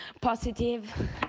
positive